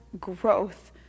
growth